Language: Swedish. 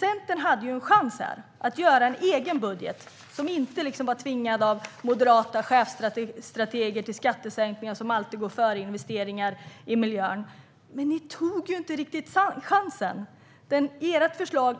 Centern hade en chans att göra en egen budget som inte var påtvingad av moderata chefsstrateger som är för skattesänkningar, som alltid går före investeringar i miljön. Men ni tog inte riktigt chansen, Kristina Yngwe. Ert förslag